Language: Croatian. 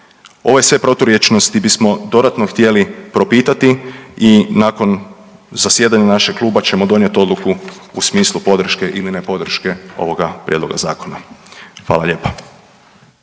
Ove sve proturječnosti bismo dodatno htjeli propitati i nakon zasjedanja našeg kluba ćemo donijeti odluku u smislu podrške ili ne podrške ovoga prijedloga zakona. Hvala lijepa.